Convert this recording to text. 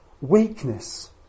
weakness